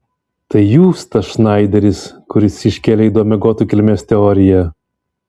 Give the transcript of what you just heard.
tai jūs tas šneideris kuris iškėlė įdomią gotų kilmės teoriją